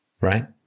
Right